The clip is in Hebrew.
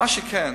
מה שכן,